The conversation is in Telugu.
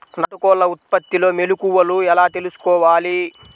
నాటుకోళ్ల ఉత్పత్తిలో మెలుకువలు ఎలా తెలుసుకోవాలి?